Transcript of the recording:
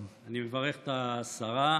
אני מברך את השרה,